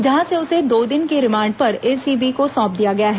जहां से उसे दो दिन की रिमांड पर एसीबी को सौंप दिया गया है